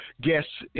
guests